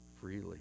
freely